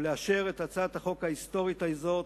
ולאשר את הצעת החוק ההיסטורית הזאת,